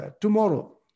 tomorrow